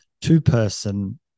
two-person